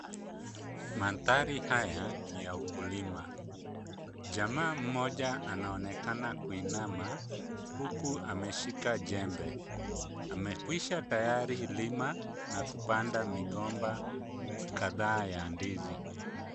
Mandhari haya ni ya ukulima. Jamaa mmoja anaonekana kuinama huku ameshika jembe amekwisha tayari lima na kupanda migomba kadhaa ya ndizi.